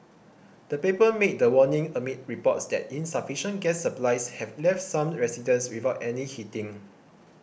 the paper made the warning amid reports that insufficient gas supplies have left some residents without any heating